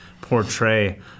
portray